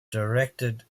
directed